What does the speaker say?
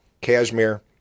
cashmere